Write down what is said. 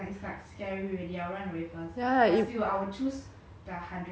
ya imagine like you just see the hundred horses running towards you you know